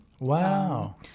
Wow